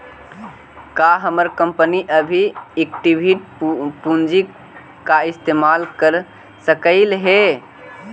का हमर कंपनी अभी इक्विटी पूंजी का इस्तेमाल कर सकलई हे